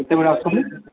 କେତେବେଳେ ଆସୁଛନ୍ତି